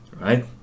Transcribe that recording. Right